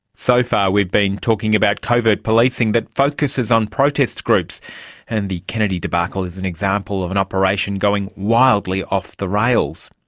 so far we've been talking about covert policing that focuses on protest groups and the kennedy debacle is an example of an operation going wildly off the rails.